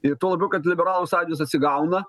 ir tuo labiau kad liberalų sąjūdis atsigauna